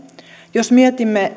jos mietimme